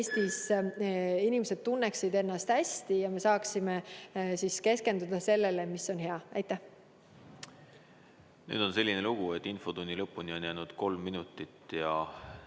et inimesed tunneksid ennast Eestis hästi ja me saaksime keskenduda sellele, mis on hea. Nüüd on selline lugu, et infotunni lõpuni on jäänud 3 minutit ja